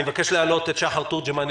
אני מבקש להעלות את שחר תורג'מן,